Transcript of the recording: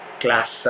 class